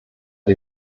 die